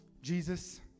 Jesus